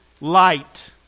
light